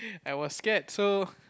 I was scared so